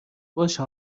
باشه